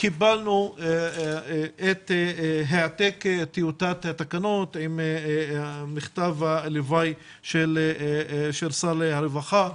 קיבלנו את העתק טיוטת התקנות עם מכתב מלווה של שר הרווחה,